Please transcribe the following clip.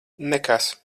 nekas